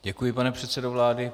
Děkuji, pane předsedo vlády.